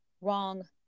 wrong